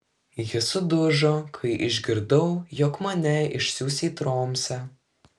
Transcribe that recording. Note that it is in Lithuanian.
ji sudužo kai išgirdau jog mane išsiųs į tromsę